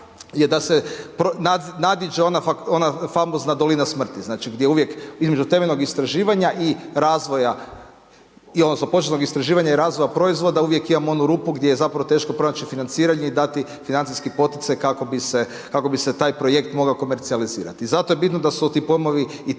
je da se nadiđe ona famozna „dolina smrti“, gdje uvijek između temeljnog istraživanja i razvoja odnosno početnog istraživanja i razvoja proizvoda uvijek imamo onu rupu gdje je zapravo teško pronaći financiranje i dati financijski poticaj kako bi se taj projekt mogao komercijalizirati. I zato je bitno da su ti pojmovi i